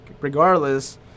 regardless